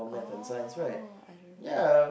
ah I don't know